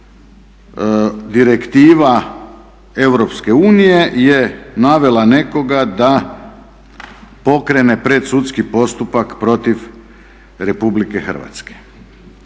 unije je navela nekoga da pokrene predsudski postupak protiv Republike Hrvatske.